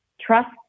trust